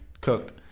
Cooked